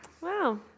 Wow